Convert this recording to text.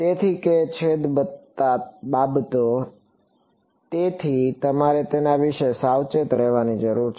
તેથી કે છેદ બાબતો તેથી તમારે તેના વિશે સાવચેત રહેવાની જરૂર છે